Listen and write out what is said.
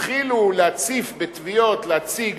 התחילו להציף בתביעות, להציג